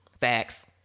Facts